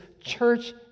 church